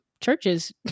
churches